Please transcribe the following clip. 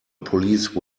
police